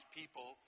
people